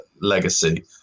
legacy